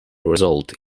resulted